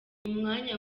umwanya